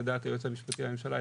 לדעת היועץ המשפטי לממשלה,